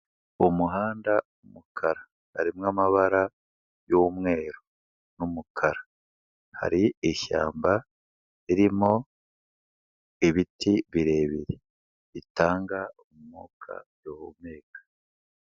Umuhanda w'umukara, harimo amabara y'umweru, n'umukara, hari ishyamba ririmo ibiti birebire, bitanga umwuka duhumeka.